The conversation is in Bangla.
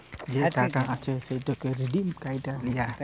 যে টাকা আছে সেটকে রিডিম ক্যইরে লিয়া